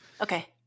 Okay